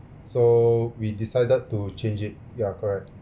so we decided to change it yeah correct